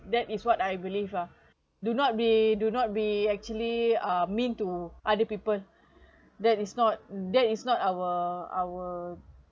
that is what I believe ah do not be do not be actually uh mean to other people that is not that is not our our